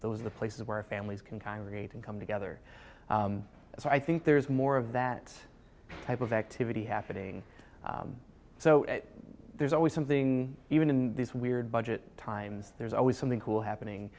se the places where families can congregate and come together as i think there's more of that type of activity happening so there's always something even in these weird budget times there's always something cool happening